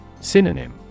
Synonym